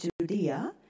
Judea